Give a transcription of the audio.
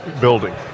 building